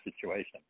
situation